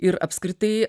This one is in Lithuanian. ir apskritai